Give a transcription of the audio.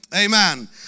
Amen